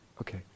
Okay